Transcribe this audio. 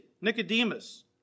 Nicodemus